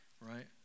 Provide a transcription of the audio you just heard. right